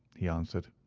he answered.